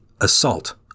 assault